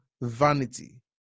vanity